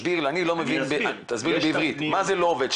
מה זה לא עובד.